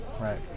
Right